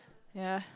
ya